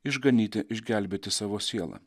išganyti išgelbėti savo sielą